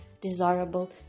desirable